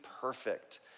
perfect